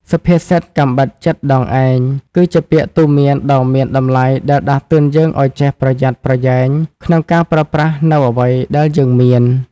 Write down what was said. សុភាសិត «កាំបិតចិតដងឯង» គឺជាពាក្យទូន្មានដ៏មានតម្លៃដែលដាស់តឿនយើងឲ្យចេះប្រយ័ត្នប្រយែងក្នុងការប្រើប្រាស់នូវអ្វីដែលយើងមាន។